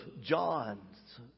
John's